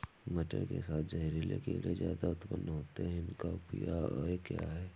मटर के साथ जहरीले कीड़े ज्यादा उत्पन्न होते हैं इनका उपाय क्या है?